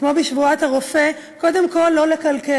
כמו בשבועת הרופא: קודם כול לא לקלקל.